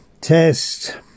test